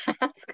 ask